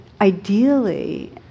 ideally